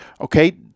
Okay